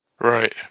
Right